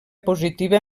positiva